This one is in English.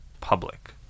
public